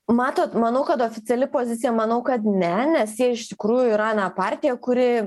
matot manau kad oficiali pozicija manau kad ne nes jie iš tikrųjų yra na partija kuri